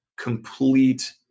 complete